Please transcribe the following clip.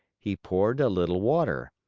he poured a little water.